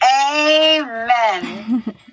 Amen